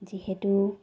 যিহেতু